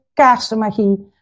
kaarsenmagie